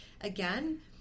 Again